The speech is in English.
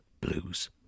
blues